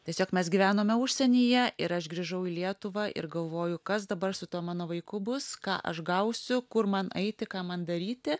tiesiog mes gyvenome užsienyje ir aš grįžau į lietuvą ir galvoju kas dabar su tuo mano vaiku bus ką aš gausiu kur man eiti ką man daryti